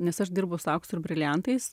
nes aš dirbu su auksu ir briliantais